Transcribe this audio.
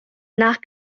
nach